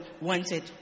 wanted